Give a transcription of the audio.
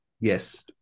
yes